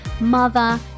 mother